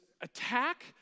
attack